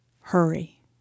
hurry